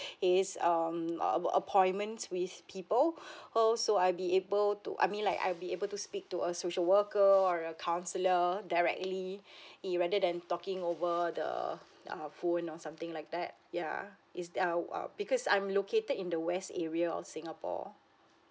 is um ap~ ap~ appointment with people ho so I be able to I mean like I'll be able to speak to a social worker or a counsellor directly he rather than talking over the uh phone or something like that yeah is ther~ uh w~ because I'm located in the west area of singapore